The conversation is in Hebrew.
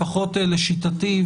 לפחות לשיטתי,